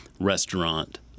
restaurant